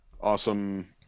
awesome